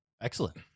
Excellent